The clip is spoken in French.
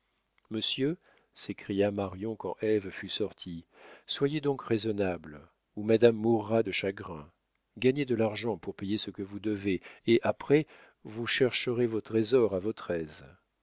monsieur s'écria marion quand ève fut sortie soyez donc raisonnable ou madame mourra de chagrin gagnez de l'argent pour payer ce que vous devez et après vous chercherez vos trésors à votre aise